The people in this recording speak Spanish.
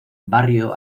barrio